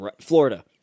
Florida